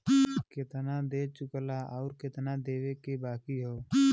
केतना दे चुकला आउर केतना देवे के बाकी हौ